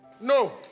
No